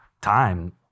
time